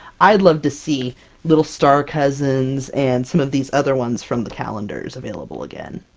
i'd love to see little star cousins and some of these other ones from the calendars available again!